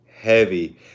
heavy